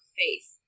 faith